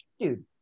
Dude